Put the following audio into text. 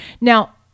Now